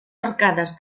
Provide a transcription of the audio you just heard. arcades